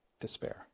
Despair